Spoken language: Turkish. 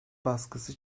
baskısı